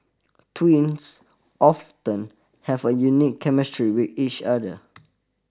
twins often have a unique chemistry wit each other